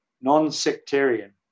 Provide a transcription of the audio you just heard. non-sectarian